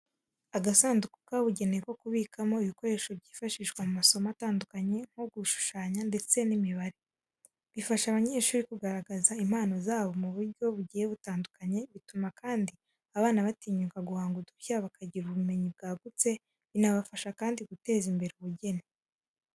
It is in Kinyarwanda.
Agasanduku kabugenewe ko kubikamo ibikoresho byifashishwa mu masomo atandukanye nko gushushanya ndetse n'imibare. Bifasha abanyeshuri kugaragaza impano zabo mu buryo bugiye butandukanye, bituma kandi abana batinyuka guhanga udushya, bakagira ubumenyi bwagutse, binabafasha kandi guteza imbere ubugeni.